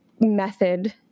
method